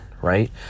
Right